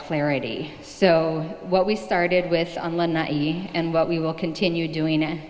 clarity so what we started with and what we will continue doing and